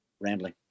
rambling